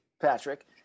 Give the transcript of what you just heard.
Patrick